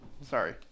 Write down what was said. sorry